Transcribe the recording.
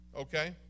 Okay